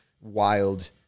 wild